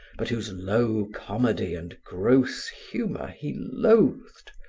but whose low comedy and gross humor he loathed,